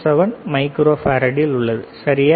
77 மைக்ரோஃபரடில் உள்ளது சரியானதா